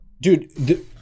dude